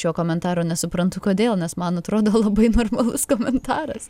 šio komentaro nesuprantu kodėl nes man atrodo labai normalus komentaras